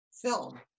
film